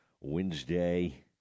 Wednesday